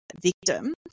victim